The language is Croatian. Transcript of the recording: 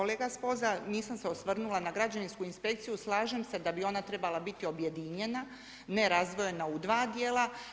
Kolega Sponza nisam se osvrnula na građevinsku inspekciju, slažem se da bi ona trebala biti objedinjena, ne razdvojena u dva dijela.